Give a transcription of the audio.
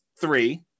three